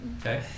Okay